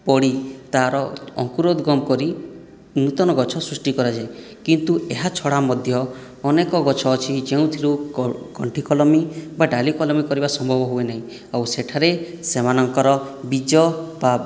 ପଡ଼ି ତାହାର ଅଙ୍କୁରୋଦ୍ଗମ କରି ନୂତନ ଗଛ ସୃଷ୍ଟି କରାଯାଏ କିନ୍ତୁ ଏହା ଛଡ଼ା ମଧ୍ୟ ଅନେକ ଗଛ ଅଛି ଯେଉଁଥିରୁ ଗଣ୍ଠି କଲମୀ ବା ଡାଳି କଲମୀ କରିବା ସମ୍ଭବ ହୁଏନାହିଁ ଆଉ ସେଠାରେ ସେମାନଙ୍କର ବୀଜ ବା